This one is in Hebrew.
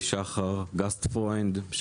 שלום.